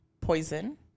Poison